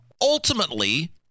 ultimately